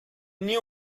knew